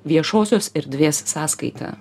viešosios erdvės sąskaita